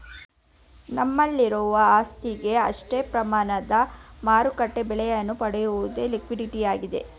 ನಮ್ಮಲ್ಲಿರುವ ಆಸ್ತಿಗಳಿಗೆ ಅಷ್ಟೇ ಪ್ರಮಾಣದ ಮಾರುಕಟ್ಟೆ ಬೆಲೆಯನ್ನು ಪಡೆಯುವುದು ಲಿಕ್ವಿಡಿಟಿಯಾಗಿದೆ